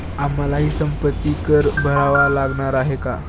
आम्हालाही संपत्ती कर भरावा लागणार आहे का?